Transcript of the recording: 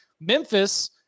Memphis